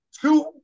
two